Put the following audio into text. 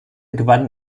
gewann